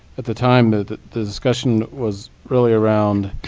at the time, but the the discussion was really around